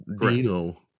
Dino